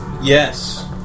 Yes